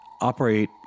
operate